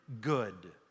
good